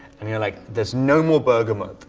and you're like, there's no more bergamot